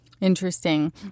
Interesting